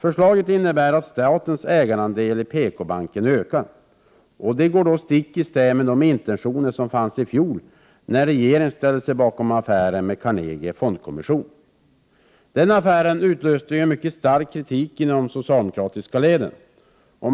Förslaget innebär att statens ägarandel i PKbanken ökar, vilket går stick i stäv med de intentioner som fanns i fjol när regeringen ställde sig bakom affären med Carnegie Fondkommission. Den affären utlöste ju stark kritik inom de socialdemokratiska leden.